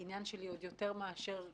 עניין שלי עוד יותר מאשר קודם,